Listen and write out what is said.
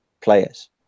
players